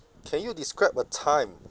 can you describe a time